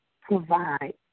provide